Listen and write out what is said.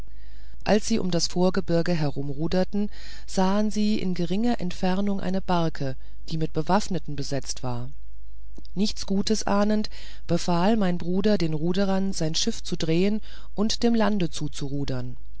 als sie um das vorgebirg herumruderten sahen sie in geringer entfernung eine barke die mit bewaffneten besetzt war nichts gutes ahnend befahl mein bruder den ruderern sein schiff zu drehen und dem lande